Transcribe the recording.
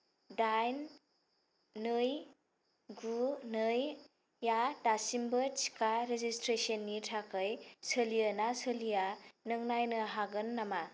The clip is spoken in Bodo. दाइन नै गु नै आ दासिमबो टिका रेजिसट्रेसननि थाखाय सोलियो ना सोलिया नों नायनो हागोन नामा